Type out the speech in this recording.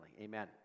Amen